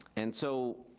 and so,